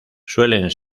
suelen